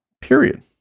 Period